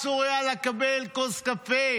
אסור היה לקבל כוס קפה